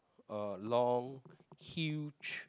long huge